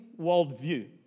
worldview